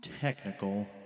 technical